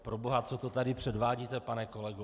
Proboha, co to tady předvádíte, pane kolego?